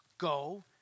Go